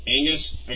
Angus